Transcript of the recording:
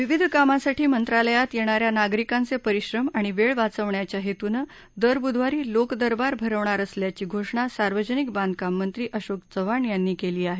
विविध कामांसाठी मंत्रालयात येणाऱ्या नागरिकांचे परिश्रम आणि वेळ वाचवण्याच्या हेतूनं दर बुधवारी लोकदरबार भरवणार असल्याची घोषणा सार्वजनिक बांधकाम मंत्री अशोक चव्हाण यांनी केली आहे